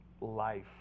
life